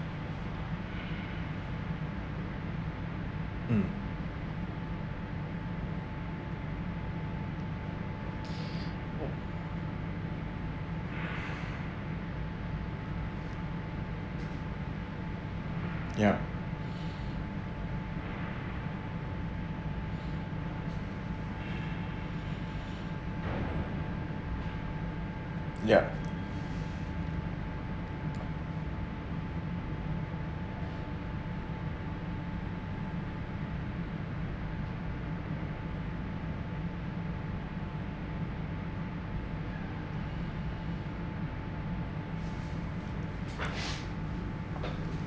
mm yup yup